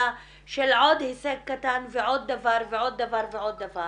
של עוד הישג קטן ועוד דבר ועוד דבר ועוד דבר,